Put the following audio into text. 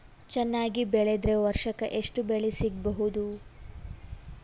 ಚೆನ್ನಾಗಿ ಬೆಳೆದ್ರೆ ವರ್ಷಕ ಎಷ್ಟು ಬೆಳೆ ಸಿಗಬಹುದು?